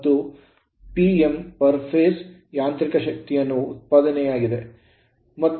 ಮತ್ತು Pm per phase ಪ್ರತಿ ಹಂತಕ್ಕೆ ಯಾಂತ್ರಿಕ ಶಕ್ತಿಯನ್ನು ಉತ್ಪಾದನೆಯಾಗಿದೆ